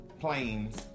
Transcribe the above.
Planes